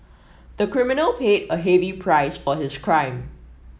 the criminal paid a heavy price for his crime